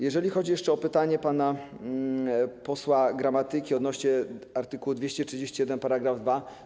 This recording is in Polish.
Jeżeli chodzi jeszcze o pytanie pana posła Gramatyki odnośnie do art. 231 § 2.